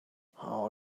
how